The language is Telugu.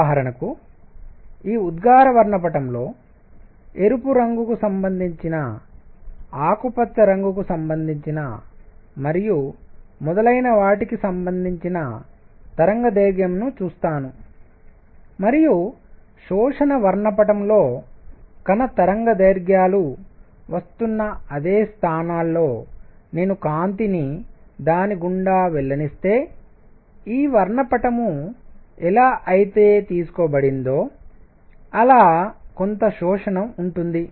ఉదాహరణకు ఈ ఉద్గార వర్ణపటంలో ఎరుపు రంగుకు సంబంధించిన ఆకుపచ్చ రంగుకు సంబంధించిన మరియు మొదలైన వాటికి సంబంధించిన తరంగదైర్ఘ్యంను చూస్తాను మరియు శోషణ వర్ణపటంఅబ్సార్బ్షన్ స్పెక్ట్రమ్లో కణ తరంగదైర్ఘ్యాలు వస్తున్న అదే స్థానాల్లో నేను కాంతిని దాని గుండా వెళ్ళనిస్తే ఈ వర్ణపటం ఎలా అయితే తీసుకోబడిందో అలా కొంత శోషణంఅబ్సార్బ్షన్ ఉంటుంది